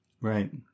Right